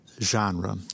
Genre